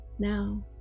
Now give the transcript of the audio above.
Now